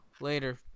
later